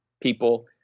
people